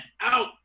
out